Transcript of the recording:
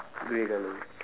grey colour